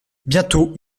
bientôt